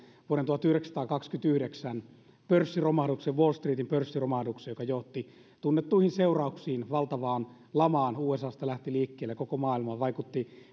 vuoden tuhatyhdeksänsataakaksikymmentäyhdeksän pörssiromahdukseen wall streetin pörssiromahdukseen joka johti tunnettuihin seurauksiin valtavaan lamaan joka lähti usasta liikkeelle koko maailmaan vaikutti